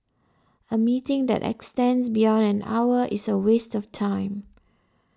a meeting that extends beyond an hour is a waste of time